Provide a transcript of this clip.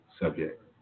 subject